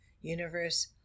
universe